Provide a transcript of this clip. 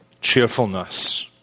cheerfulness